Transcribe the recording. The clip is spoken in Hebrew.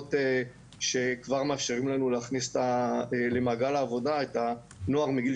בוועדות שכבר מאפשרים לנו להכניס למעגל העבודה את הנוער מגיל